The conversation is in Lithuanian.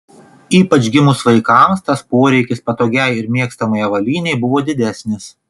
ypač gimus vaikams tas poreikis patogiai ir mėgstamai avalynei buvo didesnis